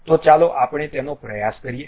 તો ચાલો આપણે તેનો પ્રયાસ કરીએ